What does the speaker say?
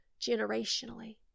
generationally